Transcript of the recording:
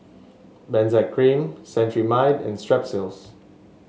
Benzac Cream Cetrimide and Strepsils